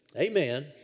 Amen